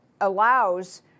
allows